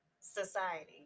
society